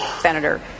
Senator